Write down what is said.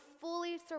fully